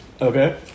Okay